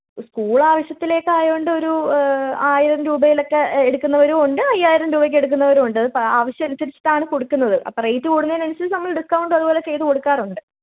school ആവശ്യത്തിലേക്ക് ആയതുകൊണ്ട് ഒരു ആയിരം രൂപയിലൊക്കെ എടുക്കുന്നവരും ഉണ്ട് അയ്യായിരം രൂപയ്ക്ക് എടുക്കുന്നവരും ഉണ്ട് അത് ആവശ്യം അനുസരിച്ചിട്ടാണ് കൊടുക്കുന്നത് അപ്പം റേറ്റ് കൂടുന്നതിനനുസരിച്ച് നമ്മൾ ഡിസ്ക്കൗണ്ടും അതുപോലെ ചെയ്ത് കൊടുക്കാറുണ്ട്